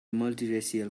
multiracial